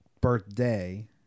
birthday